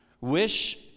wish